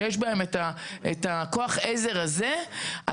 שיש בהן את כוח העזר הזה,